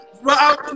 right